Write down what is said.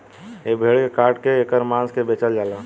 ए भेड़ के काट के ऐकर मांस के बेचल जाला